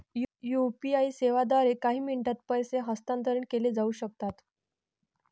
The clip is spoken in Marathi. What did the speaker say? यू.पी.आई सेवांद्वारे काही मिनिटांत पैसे हस्तांतरित केले जाऊ शकतात